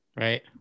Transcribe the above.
right